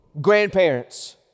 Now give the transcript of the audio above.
Grandparents